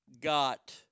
got